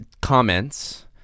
comments